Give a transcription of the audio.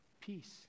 Peace